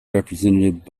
represented